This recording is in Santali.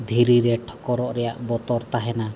ᱫᱷᱤᱨᱤᱨᱮ ᱴᱷᱚᱠᱚᱨᱚᱜ ᱨᱮᱭᱟᱜ ᱵᱚᱛᱚᱨ ᱛᱟᱦᱮᱱᱟ